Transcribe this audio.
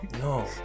No